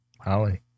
Holly